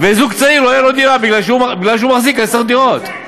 מה עשינו?